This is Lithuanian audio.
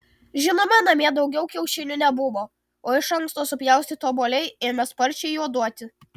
žinoma namie daugiau kiaušinių nebuvo o iš anksto supjaustyti obuoliai ėmė sparčiai juoduoti